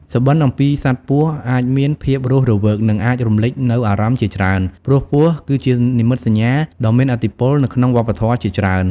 សុបិនអំពីសត្វពស់អាចមានភាពរស់រវើក និងអាចរំលេចនូវអារម្មណ៍ជាច្រើន ព្រោះពស់គឺជានិមិត្តសញ្ញា ដ៏មានឥទ្ធិពលនៅក្នុងវប្បធម៌ជាច្រើន។